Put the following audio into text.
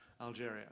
Algeria